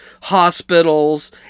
hospitals